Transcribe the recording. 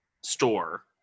store